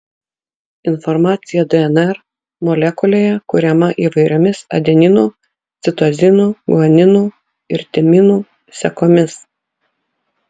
informacija dnr molekulėje kuriama įvairiomis adeninų citozinų guaninų ir timinų sekomis